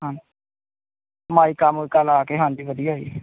ਹਾ ਮਾਈਕਾ ਮੁਈਕਾ ਲਾ ਕੇ ਹਾਂਜੀ ਵਧੀਆ ਜੀ